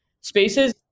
spaces